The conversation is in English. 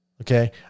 Okay